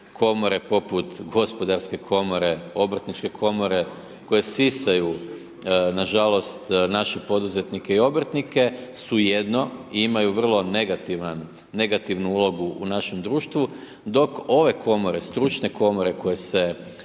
komore poput gospodarske komore, obrtničke komore, koje sisaju nažalost naše poduzetnike i obrtnike su jedno i imaju vrlo negativnu ulogu u našem društvu dok ove komore, stručne komore koje se